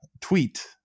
Tweet